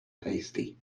tasty